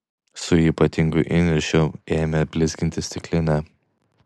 su ypatingu įniršiu ėmė blizginti stiklinę